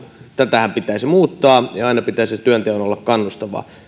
tätähän pitäisi muuttaa ja aina pitäisi työnteon olla kannustavaa